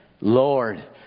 Lord